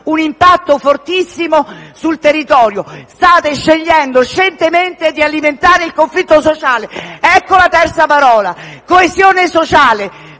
un impatto fortissimo sul territorio. State scegliendo scientemente di alimentare il conflitto sociale. Ecco la terza parola: coesione sociale.